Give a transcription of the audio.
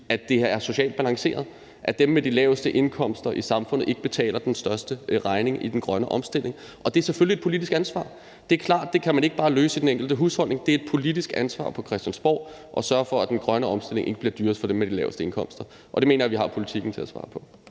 at det er socialt balanceret, og at dem med de laveste indkomster i samfundet ikke betaler den største regning i forbindelse med den grønne omstilling, og det er selvfølgelig et politisk ansvar. Det er klart, at det kan man ikke bare løse i den enkelte husholdning. Det er et politisk ansvar på Christiansborg at sørge for, at den grønne omstilling ikke bliver dyrest for dem med de laveste indkomster, og jeg mener, at vores politik kan give et svar på